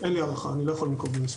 אין לי הערכה, אני לא יכול לנקוב במספרים.